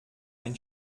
ein